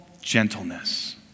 gentleness